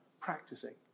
practicing